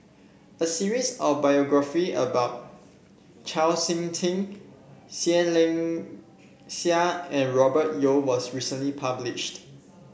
a series of biography about Chau SiK Ting Seah Liang Seah and Robert Yeo was recently published